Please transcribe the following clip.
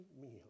meal